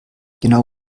genau